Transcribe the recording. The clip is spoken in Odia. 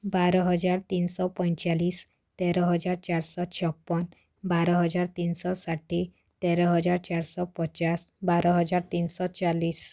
ବାର ହଜାର ତିନି ଶହ ପଇଁଚାଳିଶି ତେର ହଜାର ଚାରି ଶହ ଛପନ ବାର ହଜାର ତିନଶହ ଷାଠିଏ ତେର ହଜାର ଚାରି ଶହ ପଚାଶ ବାର ହଜାର ତିନି ଶହ ଚାଳିଶି